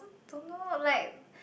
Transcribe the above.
don't know like